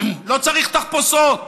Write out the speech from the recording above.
לא צריך תחפושות.